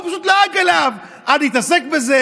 הוא פשוט לעג לו: אל תתעסק בזה,